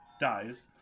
dies